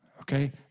Okay